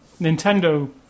nintendo